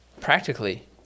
Practically